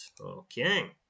Okay